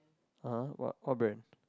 (uh huh) what what brand